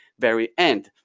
very end.